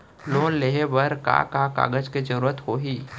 Loan लेहे बर का का कागज के जरूरत होही?